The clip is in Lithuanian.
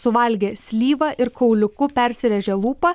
suvalgė slyvą ir kauliuku persirėžė lūpą